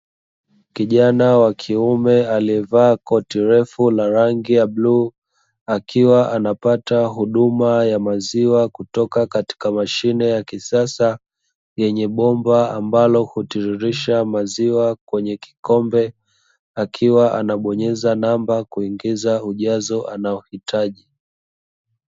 Kijana wa kiume aliyevaa koti refu la rangi ya bluu, akiwa anapata huduma ya maziwa kutoka katika mashine ya kisasa yenye bomba ambalo hutiririsha maziwa kwenye kikombe akiwa anabonyeza namba kuingiza ujazo anaouhitaji.